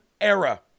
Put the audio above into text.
era